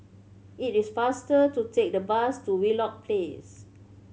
it is faster to take the bus to Wheelock Place